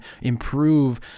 improve